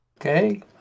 Okay